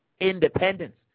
independence